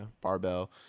barbell